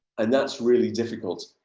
and that's really difficult.